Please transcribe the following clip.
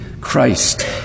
Christ